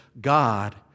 God